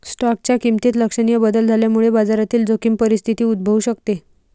स्टॉकच्या किमतीत लक्षणीय बदल झाल्यामुळे बाजारातील जोखीम परिस्थिती उद्भवू शकते